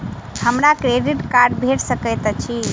हमरा credit card भेट सकैत अछि?